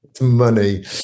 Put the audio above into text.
money